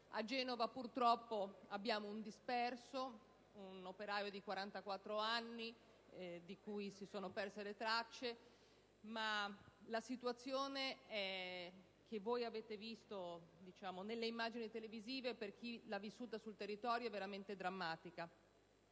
A Genova purtroppo si registra un disperso, un operaio di 44 anni di cui si sono perse le tracce, ma la situazione, che avete potuto verificare dalle immagini televisive, per chi l'ha vissuta sul territorio è veramente drammatica.